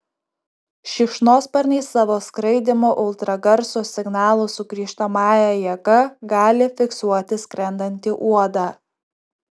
šikšnosparniai savo skraidymo ultragarso signalų sugrįžtamąja jėga gali fiksuoti skrendantį uodą